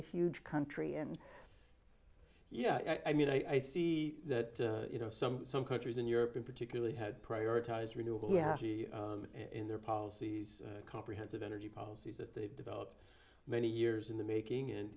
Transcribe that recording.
a huge country and yeah i mean i see that you know some some countries in europe in particularly had prioritized renewable in their policies comprehensive energy policies that they've developed many years in the making and